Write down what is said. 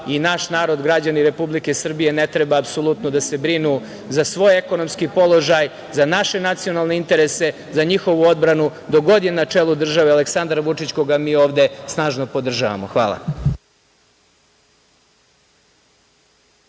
i naš narod, građani Republike Srbije, ne treba apsolutno da se brinu za svoj ekonomski položaj, za naše nacionalne interese, za njihovu odbranu dok god je na čelu države Aleksandar Vučić, koga mi ovde snažno podržavamo. Hvala.